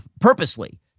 purposely